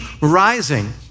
rising